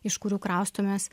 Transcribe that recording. iš kurių kraustomės